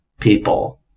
people